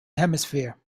hemisphere